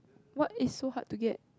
what is so hard to get